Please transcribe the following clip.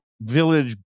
village